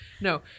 No